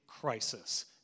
crisis